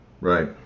Right